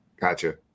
gotcha